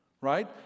right